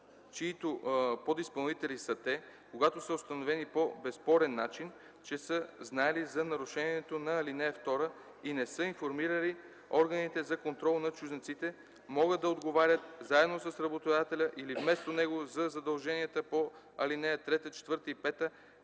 чиито подизпълнители са те, когато се установи по безспорен начин, че са знаели за нарушението на ал. 2 и не са информирали органите за контрол на чужденците, могат да отговарят заедно с работодателя или вместо него за задълженията по алинеи 3, 4 и 5,